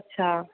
अच्छा